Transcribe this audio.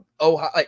Ohio